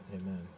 Amen